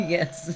Yes